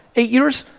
eight years?